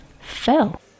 fell